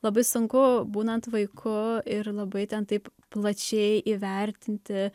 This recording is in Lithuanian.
labai sunku būnant vaiku ir labai ten taip plačiai įvertinti